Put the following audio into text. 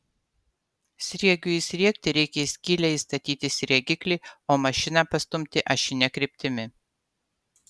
sriegiui įsriegti reikia į skylę įstatyti sriegiklį o mašiną pastumti ašine kryptimi